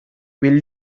will